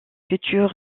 futur